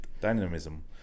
Dynamism